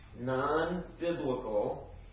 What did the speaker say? non-biblical